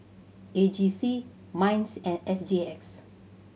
A G C MINDS and S G X